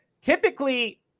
typically